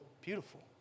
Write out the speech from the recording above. beautiful